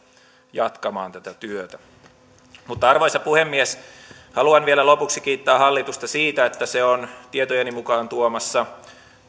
jatkamaan tätä työtä arvoisa puhemies haluan vielä lopuksi kiittää hallitusta siitä että se on tietojeni mukaan tuomassa